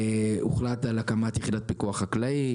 והוחלט על הקמת יחידת פיקוח חקלאי.